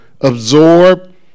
absorb